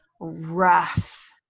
rough